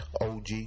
OG